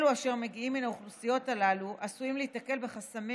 אלו אשר מגיעים מהאוכלוסיות הללו עשויים להיתקל בחסמים